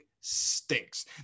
stinks